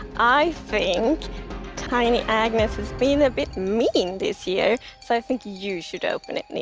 i think tiny agnes has been a bit mean this year. so i think you should open it,